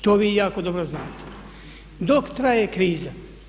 To vi jako dobro znate, dok traje kriza.